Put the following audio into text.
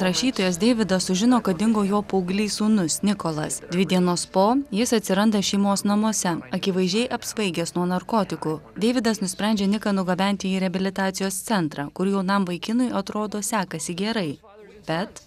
rašytojas deividas sužino kad dingo jo paauglys sūnus nikolas dvi dienos po jis atsiranda šeimos namuose akivaizdžiai apsvaigęs nuo narkotikų deividas nusprendžia niką nugabenti į reabilitacijos centrą kur jaunam vaikinui atrodo sekasi gerai bet